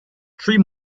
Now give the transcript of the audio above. three